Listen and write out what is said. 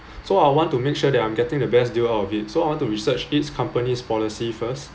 so I want to make sure that I'm getting the best deal out of it so I want to research each company's policy first